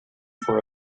for